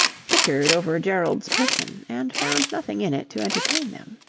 flickered over gerald's person and found nothing in it to entertain them.